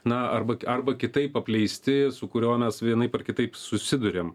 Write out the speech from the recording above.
na arba arba kitaip apleisti su kuriuo mes vienaip ar kitaip susiduriam